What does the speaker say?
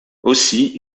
aussi